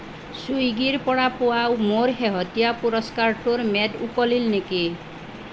চুইগিৰ পৰা পোৱা মোৰ শেহতীয়া পুৰস্কাৰটোৰ ম্যাদ উকলিল নেকি